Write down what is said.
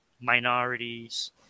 minorities